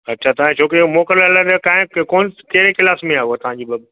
अछा तव्हांजी छोकिरीअ खे मोकल अन लाइ काएं के कौन कहिड़ी क्लास में आहे उहा तव्हांजी बब